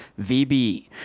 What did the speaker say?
VB